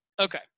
Okay